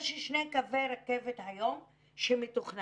יש שני קווי רכבת היום שמתוכננים,